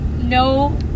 No